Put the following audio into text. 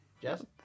Yes